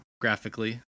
graphically